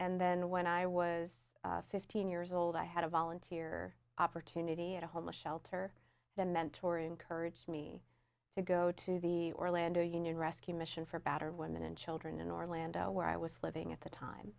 and then when i was fifteen years old i had a volunteer opportunity at a homeless shelter that mentor encouraged me to go to the orlando union rescue mission for battered women and children in orlando where i was living at the time